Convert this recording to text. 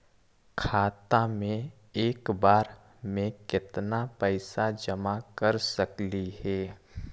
खाता मे एक बार मे केत्ना पैसा जमा कर सकली हे?